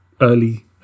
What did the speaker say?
early